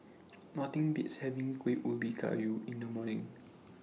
Nothing Beats having Kuih Ubi Kayu in The Summer